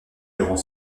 durant